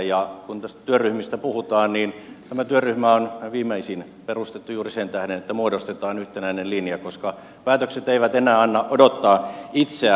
kun näistä työryhmistä puhutaan niin tämä viimeisin työryhmä on perustettu juuri sen tähden että muodostetaan yhtenäinen linja koska päätökset eivät enää anna odottaa itseään